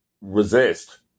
resist